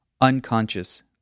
unconscious